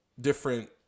different